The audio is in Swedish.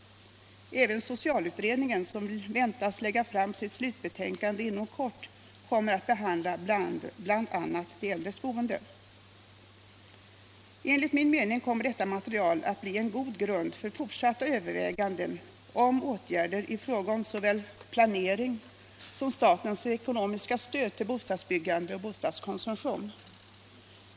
Även socialutredningen, som väntas lägga fram sitt slutbetänkande inom kort, kommer att behandla bl.a. de äldres boende. Enligt min mening kommer detta material att bli en god grund för fortsatta överväganden om åtgärder i fråga om såväl planering som statens ekonomiska stöd till bostadsbyggande och bostadskonsumtion.